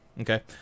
Okay